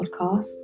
podcast